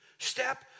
Step